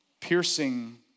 piercing